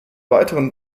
weiteren